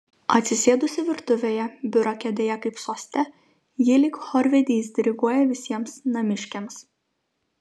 atsisėdusi virtuvėje biuro kėdėje kaip soste ji lyg chorvedys diriguoja visiems namiškiams